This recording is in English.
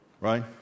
Right